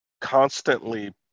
constantly